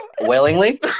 willingly